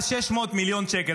יותר מ-600 מיליון שקל.